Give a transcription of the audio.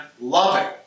loving